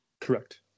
Correct